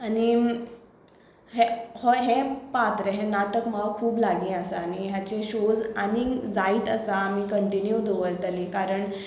आनी हें हो हें पात्र हें नाटक म्हाका खूब लागीं आसा आनी हाचे शोज आनींग जायत आसा आमी कंटिन्यू दवरतलीं कारण